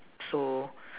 so